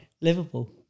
Liverpool